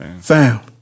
found